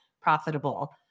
profitable